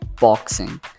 boxing